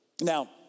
Now